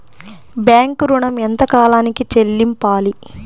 Bank ఋణం ఎంత కాలానికి చెల్లింపాలి?